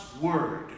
word